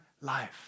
life